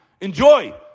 Enjoy